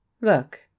Look